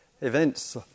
events